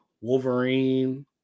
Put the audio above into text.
Wolverine